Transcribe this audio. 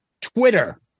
Twitter